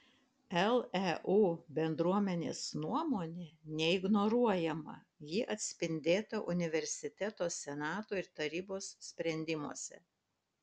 leu bendruomenės nuomonė neignoruojama ji atspindėta universiteto senato ir tarybos sprendimuose